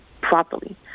properly